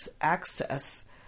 access